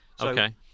Okay